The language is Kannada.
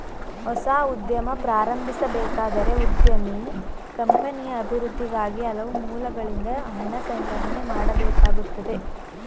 ಹೊಸ ಉದ್ಯಮ ಪ್ರಾರಂಭಿಸಬೇಕಾದರೆ ಉದ್ಯಮಿ ಕಂಪನಿಯ ಅಭಿವೃದ್ಧಿಗಾಗಿ ಹಲವು ಮೂಲಗಳಿಂದ ಹಣ ಸಂಗ್ರಹಣೆ ಮಾಡಬೇಕಾಗುತ್ತದೆ